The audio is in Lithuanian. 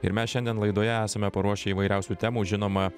ir mes šiandien laidoje esame paruošę įvairiausių temų žinoma